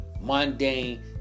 Mundane